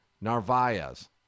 Narvaez